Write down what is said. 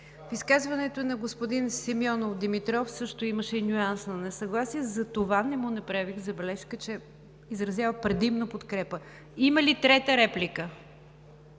В изказването на господин Симеонов – Димитров – също имаше и нюанс на несъгласие, затова не му направих забележка, че изразява предимно подкрепа. Има ли трета реплика?